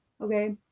okay